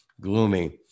gloomy